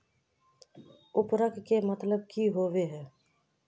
उर्वरक के मतलब की होबे है?